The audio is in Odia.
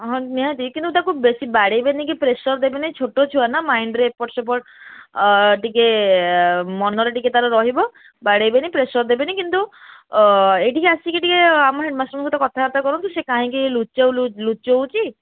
ହଁ ନିହାତି କିନ୍ତୁ ତାକୁ ବେଶୀ ବାଡ଼େଇବେନି କି ପ୍ରେସର୍ ଦେବେନି ଛୋଟ ଛୁଆ ନା ମାଇଣ୍ଡିରେ ଏପଟ ସେପଟ ଅ ଟିକେ ମନରେ ଟିକେ ତା'ର ରହିବ ବାଡ଼େଇବେନି ପ୍ରେସର୍ ଦେବେନି କିନ୍ତୁ ଅ ଏଇଠିକି ଆସିକି ଟିକେ ଆମ ହେଡ଼ମାଷ୍ଟରଙ୍କ ସହିତ କଥାବାର୍ତ୍ତା କରନ୍ତୁ ସେ କାହିଁକି ଲୁଚଉଛି